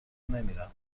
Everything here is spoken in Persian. نمیرم